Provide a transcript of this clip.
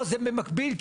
זה הכל במקביל.